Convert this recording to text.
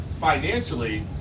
financially